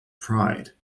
pride